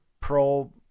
pro